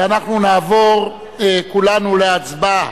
ואנחנו נעבור כולנו להצבעה.